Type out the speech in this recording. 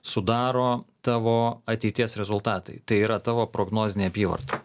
sudaro tavo ateities rezultatai tai yra tavo prognozinė apyvarta